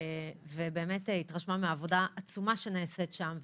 ובאמת התרשמה מעבודה עצומה שנעשית שם,